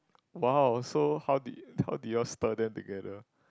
!wow! so how did how did you all stir them together